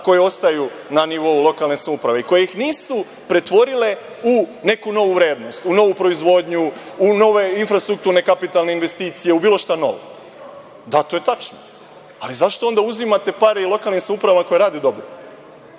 koje ostaju na nivou lokalne samouprave i koje ih nisu pretvorile u neku novu vrednost, u novu proizvodnju, u nove infrastrukturne kapitalne investicije, u bilo šta novo. Da, to je tačno. Ali, zašto onda uzimate pare i lokalnih samouprava koje rade dobro?